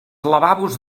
lavabos